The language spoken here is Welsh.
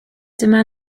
dyma